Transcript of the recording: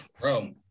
Bro